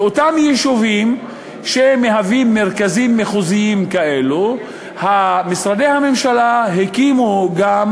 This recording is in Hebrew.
באותם יישובים שמהווים מרכזים מחוזיים כאלה משרדי הממשלה הקימו גם